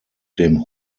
dem